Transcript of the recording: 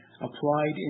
Applied